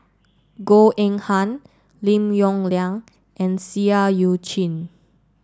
Goh Eng Han Lim Yong Liang and Seah Eu Chin